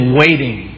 waiting